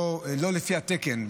לא לפי התקן,